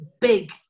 big